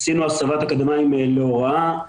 עשינו הסבת אקדמאים להוראה,